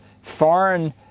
foreign